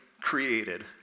created